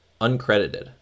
uncredited